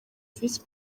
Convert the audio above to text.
visi